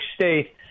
State